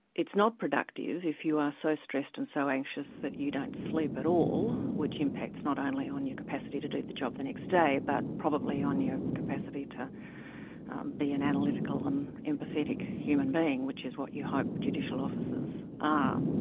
it's not productive if you are so stressed and so anxious that you don't sleep at all, which impacts not only on your capacity do the job the next day but probably on your capacity to be an analytical and empathetic human being, which is what you hope judicial officers are.